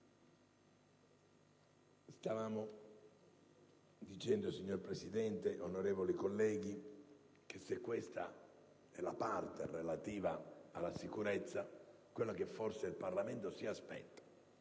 di rischi. Signora Presidente, onorevoli colleghi, se questa è la parte relativa alla sicurezza, ciò che forse il Parlamento si aspetta